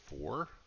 four